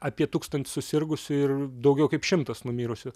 apie tūkstantį susirgusių ir daugiau kaip šimtas numirusių